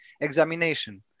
examination